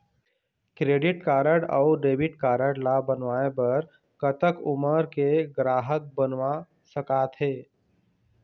Credit card अऊ debit card ला बनवाए बर कतक उमर के ग्राहक बनवा सका थे?